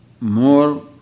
more